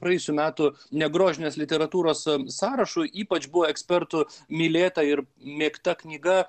praėjusių metų negrožinės literatūros sąrašu ypač buvo ekspertų mylėta ir mėgta knyga